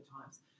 times